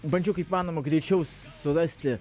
bandžiau kaip įmanoma greičiau surasti